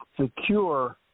secure